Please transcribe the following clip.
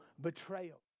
betrayal